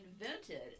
invented